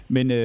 Men